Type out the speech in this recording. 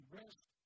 rest